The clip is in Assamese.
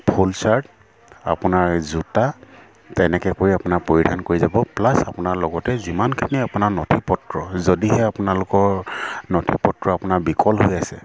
ফুল চাৰ্ট আপোনাৰ জোতা তেনেকৈ কৰি আপোনাৰ পৰিধান কৰি যাব প্লাছ আপোনাৰ লগতে যিমানখিনি আপোনাৰ নথি পত্ৰ যদিহে আপোনালোকৰ নথি পত্ৰ আপোনাৰ বিকল হৈ আছে